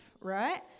right